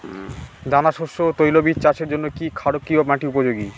দানাশস্য ও তৈলবীজ চাষের জন্য কি ক্ষারকীয় মাটি উপযোগী?